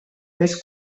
més